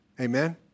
Amen